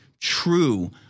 true